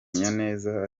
neza